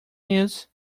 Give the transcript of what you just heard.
news